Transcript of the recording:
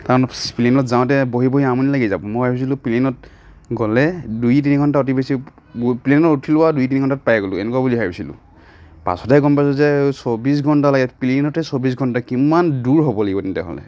কাৰণ প্লেনত যাওঁতে বহি বহি আমনি লাগি যাব মই ভাবিছিলোঁ প্লেনত গ'লে দুই তিনি ঘণ্টা অতি বেছি মই প্লেনত উঠিলোঁ আৰু দুই তিনি ঘণ্টাত পাই গ'লোঁ এনেকুৱা বুলি ভাবিছিলোঁ পাছতহে গম পাইছোঁ যে চৌব্বিছ ঘণ্টা লাগিব প্লেনতে চৌব্বিছ ঘণ্টা কিমান দূৰ হ'ব লাগিব তেনেহ'লে